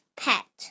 pet